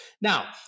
Now